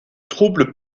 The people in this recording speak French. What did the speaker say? troubles